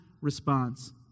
response